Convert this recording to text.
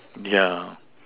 yeah